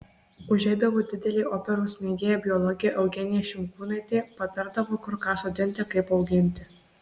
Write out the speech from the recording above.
užeidavo didelė operos mėgėja biologė eugenija šimkūnaitė patardavo kur ką sodinti kaip auginti